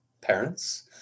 parents